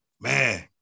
Man